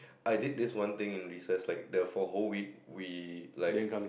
I did this one thing in recess like the for whole week we like